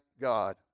God